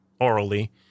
orally